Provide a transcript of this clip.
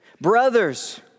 Brothers